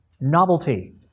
Novelty